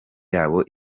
yabo